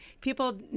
People